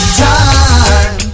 time